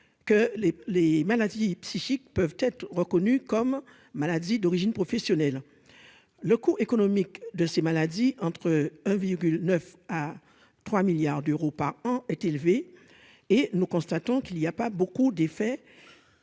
les les maladies psychiques peuvent être reconnues comme maladies d'origine professionnelle, le coût économique de ces maladies entre un véhicule 9 à 3 milliards d'euros par an est élevé et nous constatons qu'il y a pas beaucoup d'effet